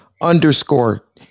Underscore